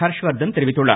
ஹர்ஷ்வர்தன் தெரிவித்துள்ளார்